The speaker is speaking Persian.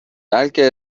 بلکه